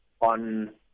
on